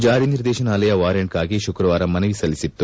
ಜಾರಿ ನಿರ್ದೇಶನಾಲಯ ವಾರೆಂಟ್ಗಾಗಿ ಶುಕ್ರವಾರ ಮನವಿ ಸಲ್ಲಿಸಿತ್ತು